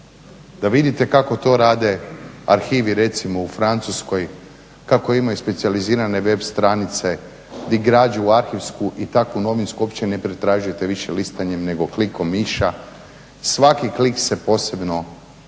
Da vidite kako to rade arhivi, recimo u Francuskoj, kako imaju specijalizirane web stranice i građu … i takvu novinsku, uopće ne pretražujete više listanjem, nego klikom miša, svaki klik se posebno